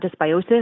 dysbiosis